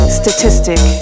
statistic